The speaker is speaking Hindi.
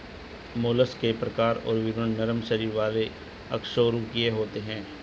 मोलस्क के प्रकार और विवरण नरम शरीर वाले अकशेरूकीय होते हैं